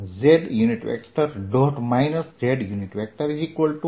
z 3zdxdy|z L2z